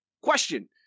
question